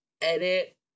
edit